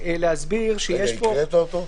הקראת אותו?